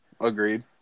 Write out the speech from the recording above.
Agreed